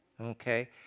okay